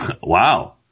Wow